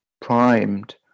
primed